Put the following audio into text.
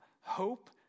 hope